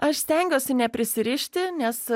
aš stengiuosi neprisirišti nes